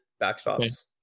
backstops